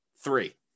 three